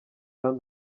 jean